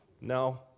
No